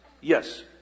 Yes